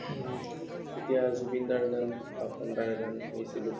তেতিয়া জুবিন দাৰ গান পাপন দাৰ গান শুনিছিলোঁ